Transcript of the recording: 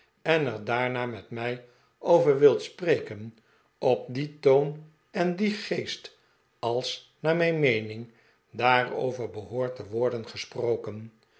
en er daarna met mij over wilt spreken op dien toon en in dien geest als naar mijn meening daarover behoort te worden gesproken